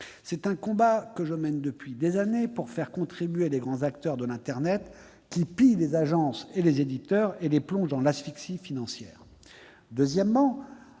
C'est un combat que je mène depuis des années pour faire contribuer les grands acteurs de l'internet, qui pillent les agences et les éditeurs et les plongent dans l'asphyxie financière. Deuxièmement,